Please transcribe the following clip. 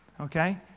Okay